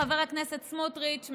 חבר הכנסת סמוטריץ',